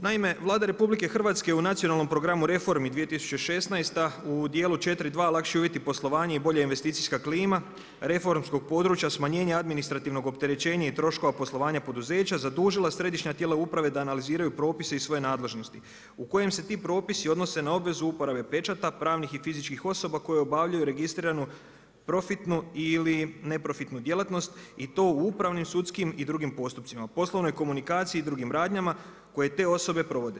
Naime, Vlada RH u Nacionalnom programu reformi 2016. u dijelu 4.2. lakši uvjeti poslovanja i bolja investicijska klima reformskog područja, smanjenje administrativnog opterećenja i troškova poslovanja poduzeća zadužila središnja tijela uprave da analiziraju propise iz svoje nadležnosti u kojem se ti propisi odnose na obvezu uporabe pečata pravnih i fizičkih osoba koje obavljaju registriranu, profitnu ili neprofitnu djelatnost i to u upravnim, sudskim i drugim postupcima, poslovnoj komunikaciji i drugim radnjama koje te osobe provode.